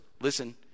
Listen